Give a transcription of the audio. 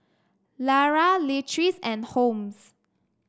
Lara Leatrice and Holmes